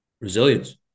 resilience